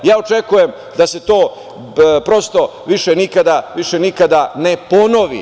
Ja očekujem da se to, prosto, više nikada ne ponovi.